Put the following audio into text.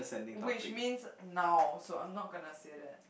which means now so I'm not gonna say that